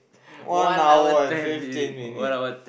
one hour and fifteen minute